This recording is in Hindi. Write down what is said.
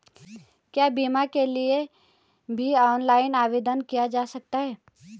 क्या बीमा के लिए भी ऑनलाइन आवेदन किया जा सकता है?